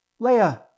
Leia